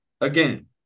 again